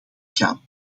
gaan